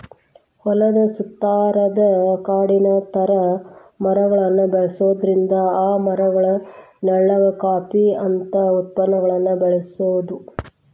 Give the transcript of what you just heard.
ಹೊಲದ ಸುತ್ತಾರಾದ ಕಾಡಿನ ತರ ಮರಗಳನ್ನ ಬೆಳ್ಸೋದ್ರಿಂದ ಆ ಮರಗಳ ನೆಳ್ಳಾಗ ಕಾಫಿ ಅಂತ ಉತ್ಪನ್ನಗಳನ್ನ ಬೆಳಿಬೊದು